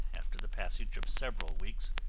after the passage of several weeks,